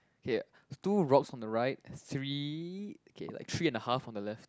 okay two rocks on the right three okay like three and a half on the left